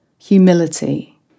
humility